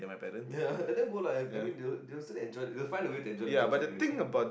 ya let them go lah I I mean they they will still enjoy they will find a way to enjoy themselves anyway